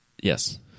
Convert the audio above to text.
Yes